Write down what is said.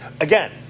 Again